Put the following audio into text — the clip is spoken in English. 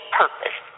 purpose